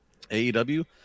AEW